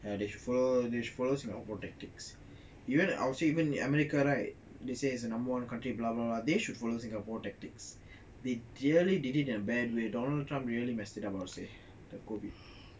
ya they should follow they should follow singapore's tactics even I will say in america right they say is the number one country blah blah blah they should follow singapore's tactics they clearly did in a bad way donald trump really messed it up I will say the COVID